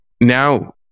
now